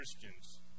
Christians